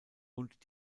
und